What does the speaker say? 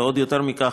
ועוד יותר מכך,